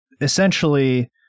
essentially